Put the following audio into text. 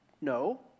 no